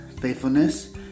faithfulness